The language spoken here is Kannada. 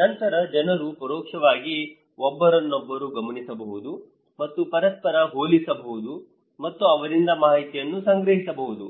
ನಂತರ ಜನರು ಪರೋಕ್ಷವಾಗಿ ಒಬ್ಬರನ್ನೊಬ್ಬರು ಗಮನಿಸಬಹುದು ಮತ್ತು ಪರಸ್ಪರ ಹೋಲಿಸಬಹುದು ಮತ್ತು ಅವರಿಂದ ಮಾಹಿತಿಯನ್ನು ಸಂಗ್ರಹಿಸಬಹುದು